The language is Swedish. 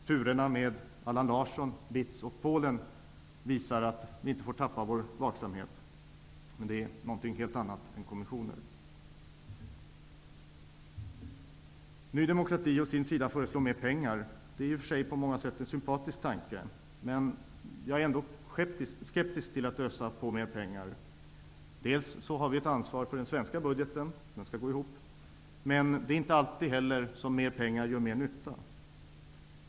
Turerna med Allan Larsson, BITS och Polen visar också att vi inte får tappa vår vaksamhet. Men det är någonting helt annat än kommissioner. Ny demokrati föreslår mer pengar. Det är i och för sig på många sätt en sympatisk tanke, men jag är ändå skeptisk till att ösa på med mer pengar. Vi har ett ansvar för den svenska budgeten; den skall gå ihop. Men det är inte heller alltid som mer pengar gör mer nytta.